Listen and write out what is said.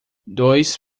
dois